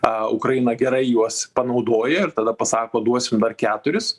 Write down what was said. a ukraina gerai juos panaudoja ir tada pasako duosim dar keturis